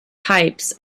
pipes